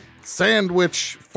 Sandwich